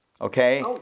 okay